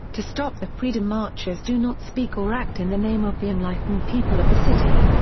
to stop the freedom marchers do not speak or act in the name of the enlightened people of the city.